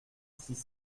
six